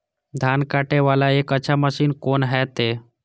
धान कटे वाला एक अच्छा मशीन कोन है ते?